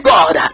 God